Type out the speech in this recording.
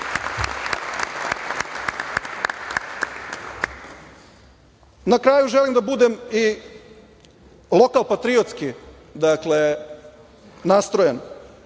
kraju, želim da budem i lokal patriotski nastrojen